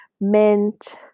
Mint